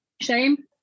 Shame